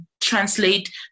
translate